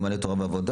נאמנה תורה ועבודה,